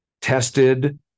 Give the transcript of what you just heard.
tested